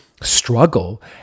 struggle